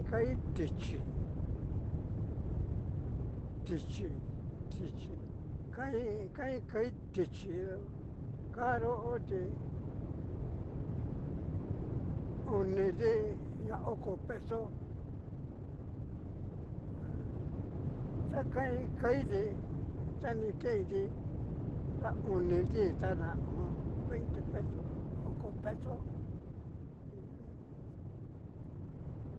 Kai tichí, tichí, tichí, kain kai tichí caro ho ti oniti na oko peso, ha xakain kaití ta ni kenti ta oniti ni tana veinte pesos oko peso hu u un.